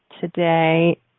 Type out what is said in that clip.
today